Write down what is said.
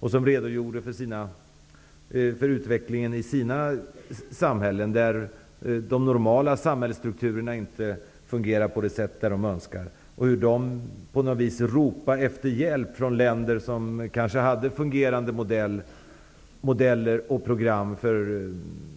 De redogjorde för utvecklingen i sina samhällen, där de normala samhällsstrukturerna inte fungerar på det sätt som de önskar. De ropar på något vis efter hjälp från länder som har fungerande modeller och program för